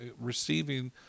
receiving